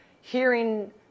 hearing